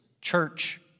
church